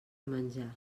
menjar